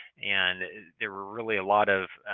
and there were really a lot of